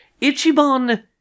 Ichiban